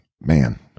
man